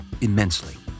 immensely